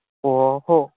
ꯑꯣ ꯍꯣ